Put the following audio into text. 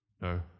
No